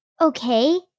okay